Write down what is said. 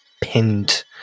pinned